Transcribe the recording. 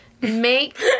make